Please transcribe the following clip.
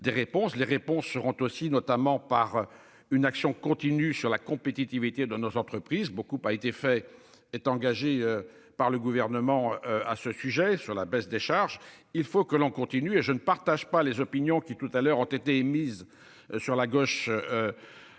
les réponses seront aussi notamment par une action continue sur la compétitivité de nos entreprises, beaucoup a été fait est engagée par le gouvernement à ce sujet sur la baisse des charges, il faut que l'on continue et je ne partage pas les opinions qui tout à l'heure, ont été mises sur la gauche.